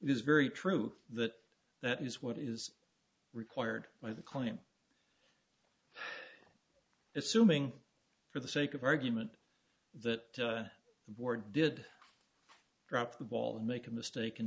is very true that that is what is required by the claim assuming for the sake of argument that the board did drop the ball and make a mistake in